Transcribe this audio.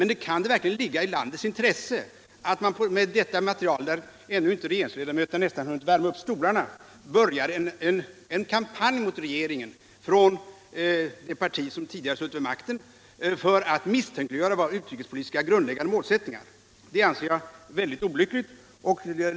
Men kan det verkligen ligga i landets intresse att man med detta material, när regeringsledamöterna knappast ännu hunnit värma upp stolarna, börjar en kampanj mot regeringen, från det parti som tidigare suttit vid makten, för att misstänkliggöra de utrikespolitiska grundläggande målsättningarna? Det anser jag vara väldigt olyckligt.